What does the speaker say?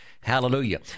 Hallelujah